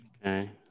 Okay